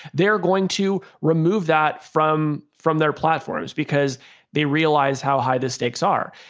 they're going to remove that from from their platforms because they realize how high the stakes are.